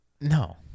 No